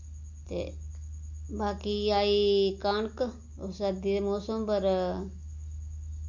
ते बाकी आई कनक ओह् सर्दी दे मौसम पर